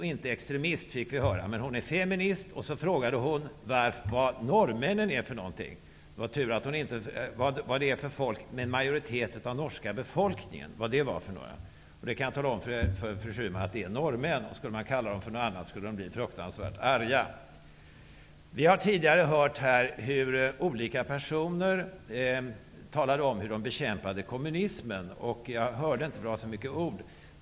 Vi fick höra att Gudrun Schyman inte är isolationist och inte heller extremist. Men hon är feminist. Vidare undrade hon vad en majoritet av den norska befolkningen är. Jag kan tala om för Schyman att de är norrmän. Om de kallas för något annat blir de fruktansvärt arga. Vi har tidigare hört hur olika personer har bekämpat kommunismen. Jag hörde inte, eftersom det var så mycket ord.